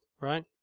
right